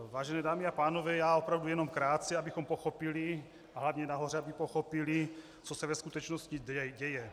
Vážené dámy a pánové, já opravdu jenom krátce, abychom pochopili, a hlavně nahoře aby pochopili, co se ve skutečnosti děje.